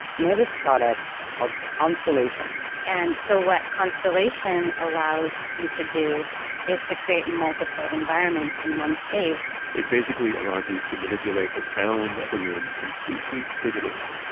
and they have this product called constellation and so what constellation allows you to do is to create multiple environments in one space it basically allows you to manipulate the sound of the room completely digitally,